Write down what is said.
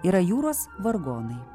yra jūros vargonai